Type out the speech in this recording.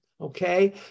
Okay